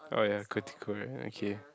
oh ya okay